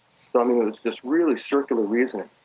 but mean it was just really circular reasoning